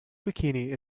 bikini